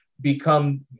become